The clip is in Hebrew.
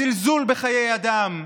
הזלזול בחיי אדם,